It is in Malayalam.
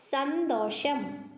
സന്തോഷം